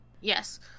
Yes